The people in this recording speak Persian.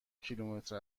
کیلومتر